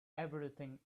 everything